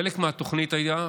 חלק מהתוכנית היה,